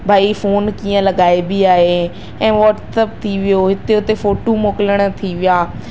भई फोन कीअं लॻाइबी आहे ऐं वॉट्सअप थी वियो हिते हुते फोटूं मोकिलण जो थी विया